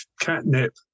catnip